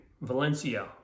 Valencia